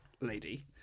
Lady